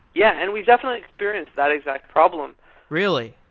yeah, and we definitely experienced that exact problem really?